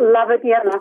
laba diena